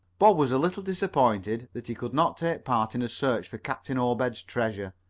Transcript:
bob was a little disappointed that he could not take part in a search for captain obed's treasure,